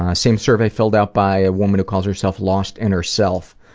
ah same survey filled out by a woman who calls herself lost in herself,